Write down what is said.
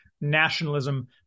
nationalism